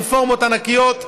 רפורמות ענקיות,